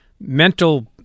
mental